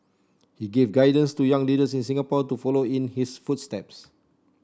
he gave guidance to young leaders in Singapore to follow in his footsteps